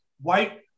white